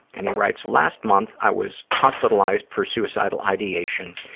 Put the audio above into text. and he writes, last month i was hospitalized for suicidal ideation,